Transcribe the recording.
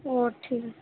ও ঠিক আছে